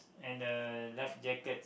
and uh life jacket